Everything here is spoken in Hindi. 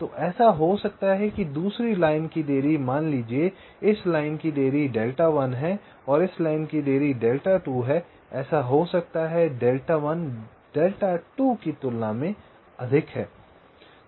तो ऐसा हो सकता है कि दूसरी लाइन की देरी मान लीजिये इस लाइन की देरी डेल्टा 1 है और इस लाइन की डेल्टा 2 है ऐसा हो सकता है डेल्टा 1 डेल्टा 2 की तुलना में अधिक है